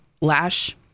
lash